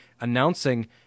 announcing